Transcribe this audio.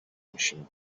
میشیم